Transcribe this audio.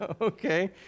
Okay